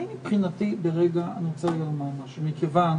מכיוון